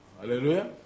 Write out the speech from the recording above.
Hallelujah